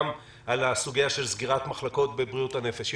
גם על הסוגיה של סגירת מחלקות בבריאות הנפש.